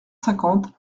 cinquante